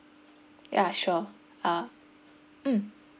ya sure ah mm